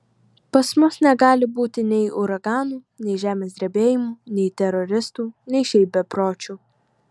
pas mus negali būti nei uraganų nei žemės drebėjimų nei teroristų nei šiaip bepročių